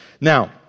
Now